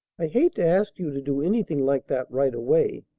i hate to ask you to do anything like that right away,